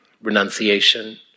Renunciation